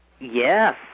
Yes